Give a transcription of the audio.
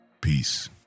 Peace